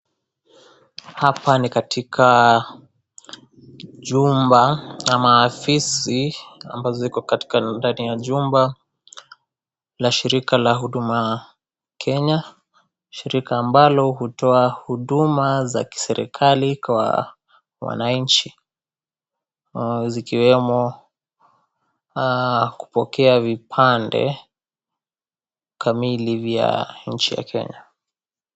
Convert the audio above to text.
Hapa ni katika jumba ama afisi ambazo ziko katika ndani ya jumba la shirika la Huduma Kenya shirika ambalo hutoa huduma za kiserekali kwa wananchi zikiwemo kupokea vipande kamili vya nchi ya Kenya.